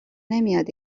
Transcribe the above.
نمیاد